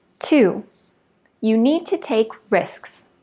two you need to take risks.